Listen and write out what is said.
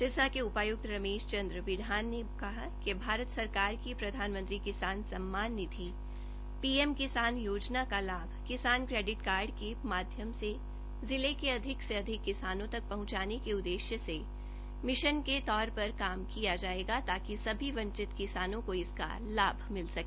सिरसा के उपायुक्त रमेश चंद्र बिढान ने कहा कि भारत सरकार की प्रधानमंत्री किसान सम्मान निधि पीएम किसान योजना का लाभ किसान क्रेडिट कार्ड के माध्यम से जिले के अधिक से अधिक किसानों तक पहुंचाने के उद्देश्य से मिशन के तौर पर काम किया जाएगा ताकि सभी वंचित किसानों को इसका लाभ मिल सके